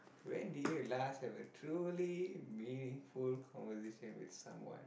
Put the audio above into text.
when did you last have a truly meaningful conversation with someone